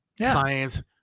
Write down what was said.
science